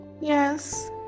Yes